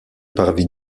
parvis